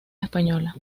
española